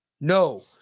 No